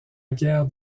gare